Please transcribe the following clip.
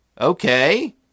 Okay